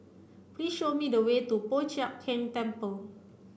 please show me the way to Po Chiak Keng Temple